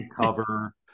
cover